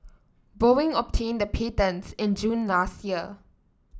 Boeing obtained the patents in June last year